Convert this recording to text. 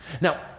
Now